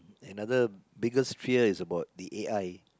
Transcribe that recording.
another biggest fear is about the A_I